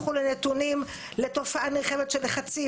נתונים לתופעה נרחבת של לחצים,